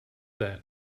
that